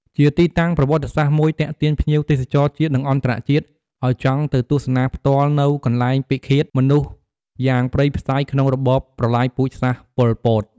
ជាទីតាំងប្រវត្តិសាស្ត្រមួយទាក់ទាញភ្ញៀវទេសចរជាតិ និងអន្តរជាតិឲ្យចង់ទៅទស្សនាផ្ទាល់នូវកន្លែងពិឃាដមនុស្សយ៉ាងព្រៃផ្សៃ ក្នុងរបបប្រល័យពូជសាសន៍ប៉ុលពត។